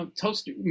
toaster